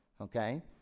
okay